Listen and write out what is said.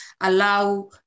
allow